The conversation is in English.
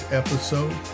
episode